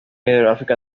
hidrográfica